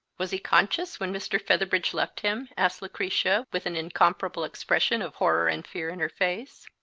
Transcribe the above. was he conscious when mr. featherbridge left him? asked lucretia, with an incomparable expression of horror and fear in her face.